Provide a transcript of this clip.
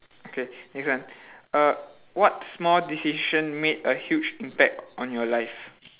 okay next one uh what small decision made a huge impact on your life